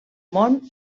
món